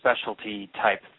specialty-type